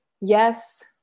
Yes